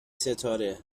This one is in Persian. ستاره